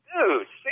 Dude